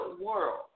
world